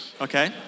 okay